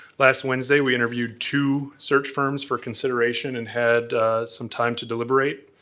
last wednesday we interviewed two search firms for consideration and had some time to deliberate.